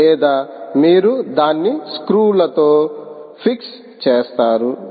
లేదా మీరు దాన్ని స్క్రూలు ల తో ఫిక్స్ చేస్తారా